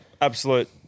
absolute